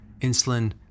insulin